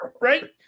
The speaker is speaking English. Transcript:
right